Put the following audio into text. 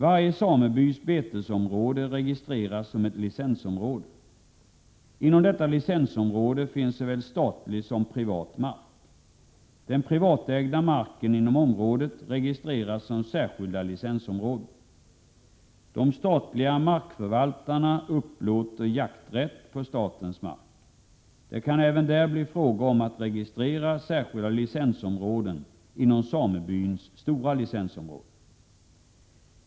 Varje samebys betesområde registreras som ett licensområde. Inom detta licensområde finns såväl statlig som privat mark. Den privatägda marken inom området registreras som särskilda licensområden. De statliga markförvaltarna upplåter jakträtt på statens mark. Det kan även där bli fråga om att registrera särskilda licensområden inom samebyns stora licensområde.